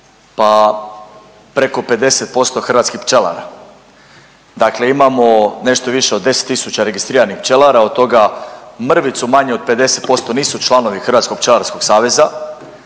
pa preko 50% hrvatskih pčelara. Dakle imamo nešto više od 10 tisuća registriranih pčelara, od toga mrvicu manje od 50% nisu članovi Hrvatskog pčelarskog saveza